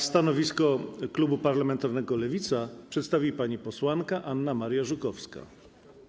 Stanowisko klubu parlamentarnego Lewica przedstawi pani posłanka Anna Maria Żukowska.